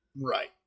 Right